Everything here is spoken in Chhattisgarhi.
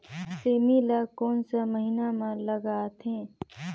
सेमी ला कोन सा महीन मां लगथे?